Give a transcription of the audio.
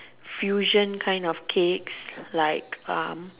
fusion kind of cakes like um